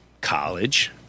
college